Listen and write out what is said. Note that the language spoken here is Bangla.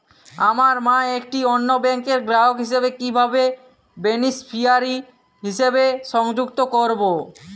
আমার মা একটি অন্য ব্যাংকের গ্রাহক হিসেবে কীভাবে বেনিফিসিয়ারি হিসেবে সংযুক্ত করব?